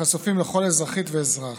וחשופים לכל אזרחית ואזרח.